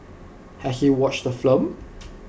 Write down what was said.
has he watched the film